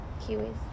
kiwis